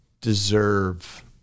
deserve